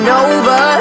over